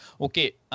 okay